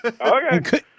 Okay